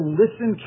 listen